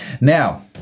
now